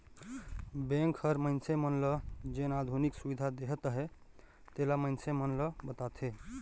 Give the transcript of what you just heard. bank हर मइनसे मन ल जेन आधुनिक सुबिधा देहत अहे तेला मइनसे मन ल बताथे